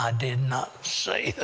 ah did not say ah